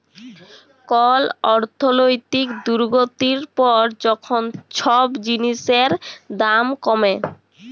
call অর্থলৈতিক দুর্গতির পর যখল ছব জিলিসের দাম কমে